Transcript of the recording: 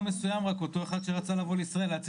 לכן הכול מצולם ואפשר להיכנס לדיוני הוועדה כולם ולהסתכל.